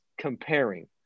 comparing